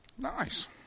Nice